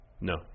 No